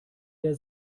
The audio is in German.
der